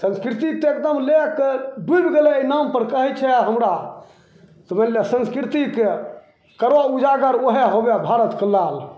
संस्कृति तऽ एकदम लैके डुबि गेलै नामपर कहै छै हमरा समझिले संस्कृतिके करै उजागर ओहे होबै भारतके लाल